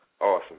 Awesome